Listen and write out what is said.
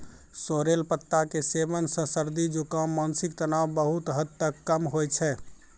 sorrel पत्ता के सेवन सॅ सर्दी, जुकाम, मानसिक तनाव बहुत हद तक कम होय छै